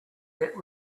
get